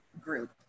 group